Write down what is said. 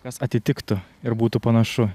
kas atitiktų ir būtų panašu